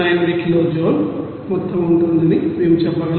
08 కిలోల జౌల్ మొత్తం ఉంటుందని మేము చెప్పగలం